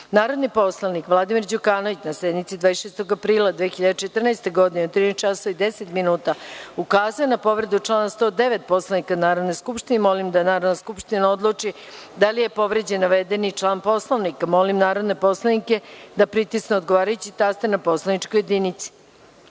poslanik Vladimir Đukanović, na sednici 26. aprila 2014. godine, u 13.10 časova, ukazao je na povredu člana 109. Poslovnika Narodne skupštine. Molim da Narodna skupština odluči da li je povređen navedeni član Poslovnika. Molim narodne poslanike da pritisnu odgovarajući taster na poslaničkoj